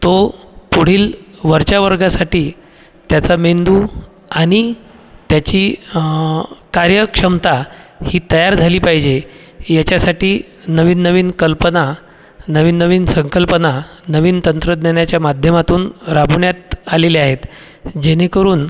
तो पुढील वरच्या वर्गासाठी त्याचा मेंदू आणि त्याची कार्यक्षमता ही तयार झाली पाहिजे ही याच्यासाठी नवीन नवीन कल्पना नवीन नवीन संकल्पना नवीन तंत्रज्ञानाच्या माध्यमातून राबवण्यात आलेले आहेत जेणेकरून